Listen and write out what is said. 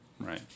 Right